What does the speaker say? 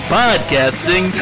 podcasting